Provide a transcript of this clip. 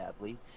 badly